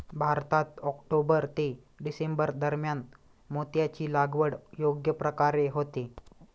भारतात ऑक्टोबर ते डिसेंबर दरम्यान मोत्याची लागवड योग्य प्रकारे होते